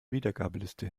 wiedergabeliste